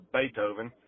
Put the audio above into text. Beethoven